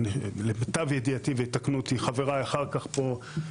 למיטב ידיעתי ויתקנו אותי חבריי אחר כך פה,